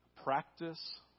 Practice